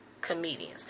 comedians